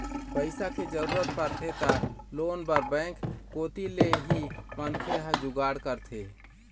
पइसा के जरूरत परथे त लोन बर बेंक कोती ले ही मनखे ह जुगाड़ करथे